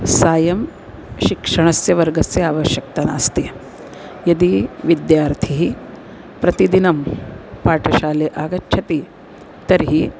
सायं शिक्षणस्य वर्गस्य आवश्यक्ता नास्ति यदि विद्यार्थी प्रतिदिनं पाठशालाम् आगच्छति तर्हि